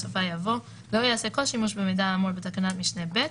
בסופה יבוא "לא ייעשה כל שימוש במידע האמור בתקנת משנה (ב),